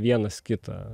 vienas kitą